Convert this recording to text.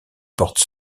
porte